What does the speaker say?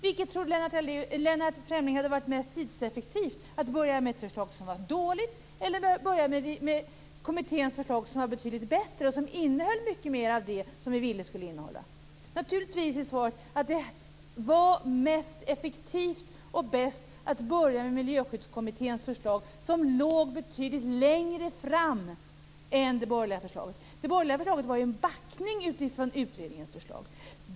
Vilket tror Lennart Fremling hade varit mest tidseffektivt - att börja med ett förslag som var dåligt eller att börja med kommitténs förslag, som var betydligt bättre och som innehöll mycket mer av det som vi ville att förslaget skulle innehålla? Naturligtvis är svaret att det var mest effektivt och bäst att börja med Miljöskyddskommitténs förslag, som låg betydligt längre fram än det borgerliga förslaget. Det borgerliga förslaget var ju en backning utifrån utredningens förslag.